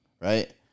Right